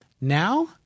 Now